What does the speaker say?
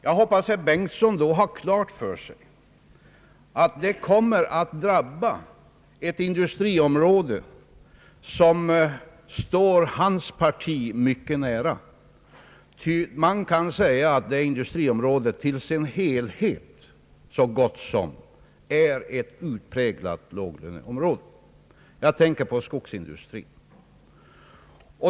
Jag hoppas att herr Bengtson då har klart för sig, att det kommer att drabba ett industriområde som står hans parti mycket nära, ett industriområde som kan sägas till sin helhet vara ett utpräglat låglöneområde. Jag tänker på skogsindustrin.